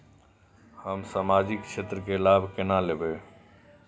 हम सामाजिक क्षेत्र के लाभ केना लैब?